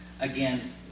Again